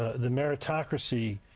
the meritocracy